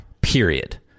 period